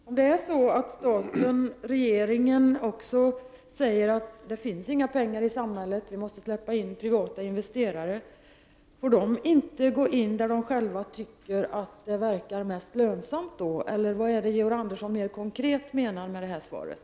Om staten, regeringen, säger att det inte finns några pengar i samhället och att vi måste släppa in privata investerare, får de då inte gå in där de själva tycker att det verkar mest lönsamt? Vad menar Georg Andersson mera konkret med det här svaret?